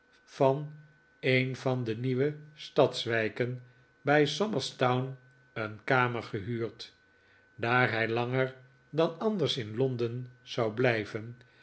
van een van de nieuwe stadswijken bij somers town een kamer gehuurd daar hij langer dan anders in londen zou blijven